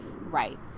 Right